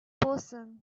person